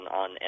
on